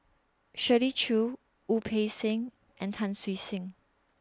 Shirley Chew Wu Peng Seng and Tan Siew Sin